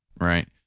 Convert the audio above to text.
Right